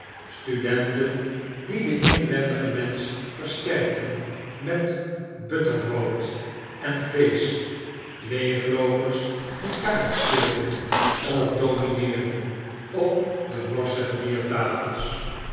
studenten die den inwendigen mensch versterkten met batterbrot en vleesch leegloopers die kaart speelden of domineerden op de morsige